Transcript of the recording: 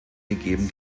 gegeben